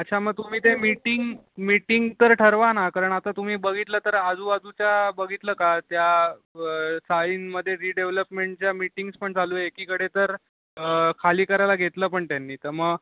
अच्छा मग तुम्ही ते मिटिंग मिटिंग तर ठरवा ना कारण आता तुम्ही बघितला तर आजूबाजूच्या बघितलं का त्या चाळींमध्ये रिडेव्हल्पमेंटच्या मिटींग्स पण चालू आहे एकीकडे तर खाली करायला घेतलं पण त्यांनी तर मग